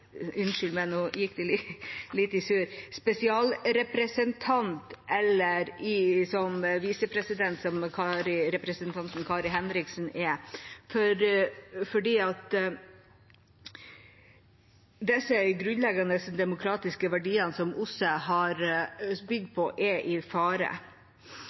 eller som visepresident, som representanten Kari Henriksen er. Disse grunnleggende demokratiske verdiene, som OSSE er bygd på, er i fare.